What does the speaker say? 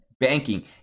banking